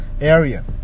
area